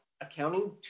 accounting